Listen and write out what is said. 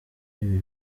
ibi